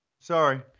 Sorry